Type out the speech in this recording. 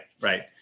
right